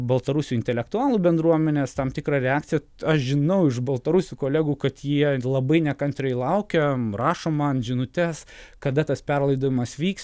baltarusių intelektualų bendruomenės tam tikrą reakciją aš žinau iš baltarusių kolegų kad jie labai nekantriai laukia rašo man žinutes kada tas perlaidojimas vyks